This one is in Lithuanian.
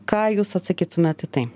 ką jūs atsakytumėt į tai